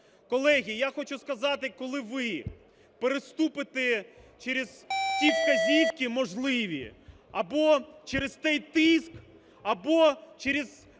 Колеги, я хочу сказати, коли ви переступите через ті вказівки можливі або через той тиск, або через,